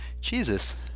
Jesus